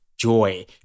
joy